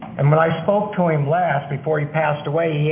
and when i spoke to him last, before he passed away,